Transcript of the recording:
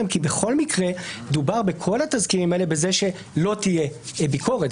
כי בכל מקרה דובר בכל התזכירים האלה על כך שלא תהיה ביקורת.